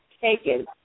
taken